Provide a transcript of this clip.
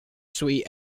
suite